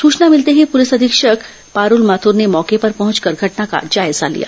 सूचना भिलते ही पुलिस अधीक्षक पारूल माथुर ने मौके पर पहंचकर घटना का जायजा लिया